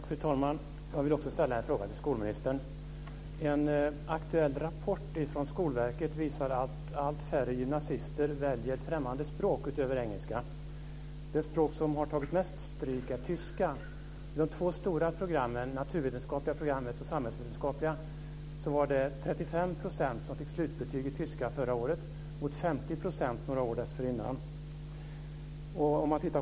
Fru talman! Också jag vill ställa en fråga till skolministern. En aktuell rapport från Skolverket visar att allt färre gymnasister väljer andra främmande språk än engelska. Det språk som mest har fått stå tillbaka är tyska. På de två stora programmen, det naturvetenskapliga och det samhällsvetenskapliga programmet, fick förra året 35 % slutbetyg i tyska mot 50 % några år dessförinnan.